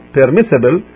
permissible